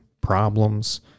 problems